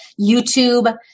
YouTube